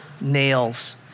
nails